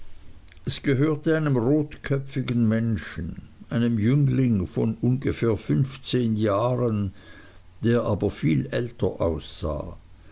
es gehörte einem rotköpfigen menschen einem jüngling von ungefähr fünfzehn jahren der aber viel älter aussah